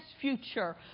future